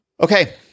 Okay